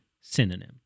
synonym